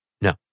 no